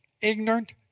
ignorant